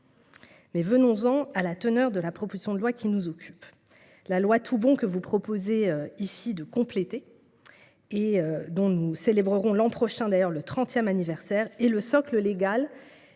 Venons en à la teneur de la proposition de loi qui nous occupe. La loi dite Toubon, que vous proposez ici de compléter et dont nous célébrerons l’an prochain le trentième anniversaire, est le socle légal